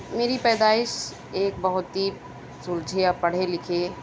میری پیدائش ایک بہت ہی سُلجھے اور پڑھے لِکھے